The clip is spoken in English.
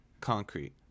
concrete